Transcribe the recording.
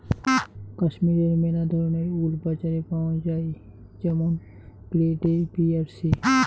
কাশ্মীরের মেলা ধরণের উল বাজারে পাওয়াঙ যাই যেমন গ্রেড এ, বি আর সি